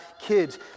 kids